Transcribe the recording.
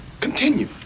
Continue